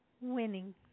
winning